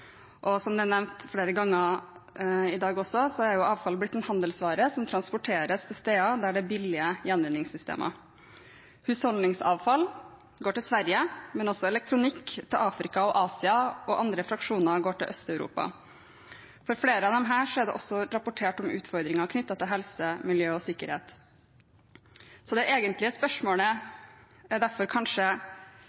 Og som det har blitt nevnt flere ganger i dag, har avfall blitt en handelsvare, som transporteres til steder hvor det er billige gjenvinningssystemer. Husholdningsavfall går til Sverige, men også elektronikk går til Afrika og Asia, og andre fraksjoner går til Øst-Europa. For flere av disse er det også rapportert om utfordringer knyttet til helse, miljø og sikkerhet. Det egentlige spørsmålet er derfor kanskje